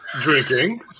drinking